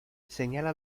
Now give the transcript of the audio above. señala